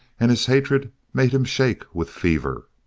and his hatred made him shake with fever.